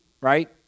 right